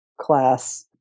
class